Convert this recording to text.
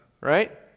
Right